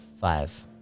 five